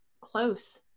close